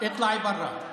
אין חוק.